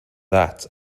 that